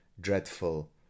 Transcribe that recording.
dreadful